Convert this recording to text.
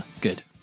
Good